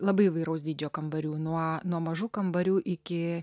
labai įvairaus dydžio kambarių nuo nuo mažų kambarių iki